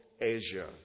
Asia